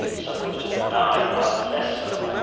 some of which are benign others less so